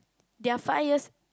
their five years